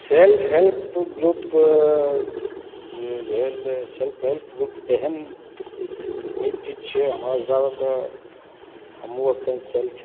self help group जे भेल self help group एहन नीक चीज छियै हमरा हिसाबे तऽ हमहुँ एखन सेल्फ